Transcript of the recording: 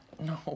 No